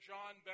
John